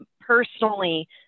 personally